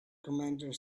commander